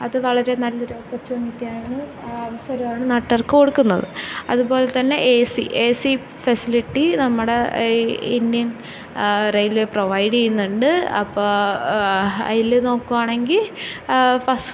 അത് വളരെ നല്ലൊരു ഓപ്പർച്യുണിറ്റിയാണ് അവസരമാണ് നാട്ടുകാർക്ക് കൊടുക്കുന്നത് അതുപോലെത്തന്നെ A C A C facility നമ്മുടെ ഈ ഇന്ത്യൻ റെയിൽവേ പ്രൊവൈഡ് ചെയ്യുന്നുണ്ട് അപ്പോള് അതില് നോക്കുവാണെങ്കില് ഫസ്സ്